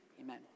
amen